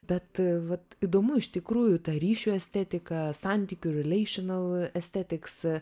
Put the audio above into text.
bet vat įdomu iš tikrųjų ta ryšių estetika santykių relational estetics